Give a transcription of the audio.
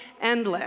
endless